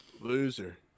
Loser